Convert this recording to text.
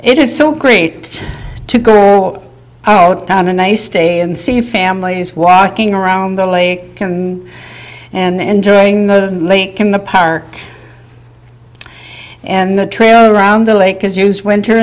it is so great to go out on a nice day and see families walking around the lake and enjoying the lake in the park and the trail around the lake is used winter